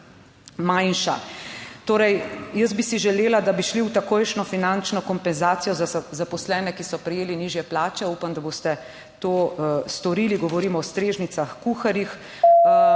Torej, jaz bi si želela, da bi šli v takojšnjo finančno kompenzacijo za zaposlene, ki so prejeli nižje plače. Upam, da boste to storili; govorimo o strežnicah, kuharjih,